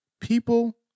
people